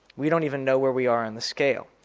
we don't even know where we are and the scale.